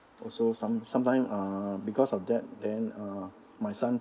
also some~ sometime uh because of that then uh my son